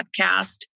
podcast